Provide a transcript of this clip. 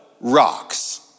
rocks